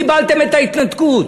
קיבלתם את ההתנתקות.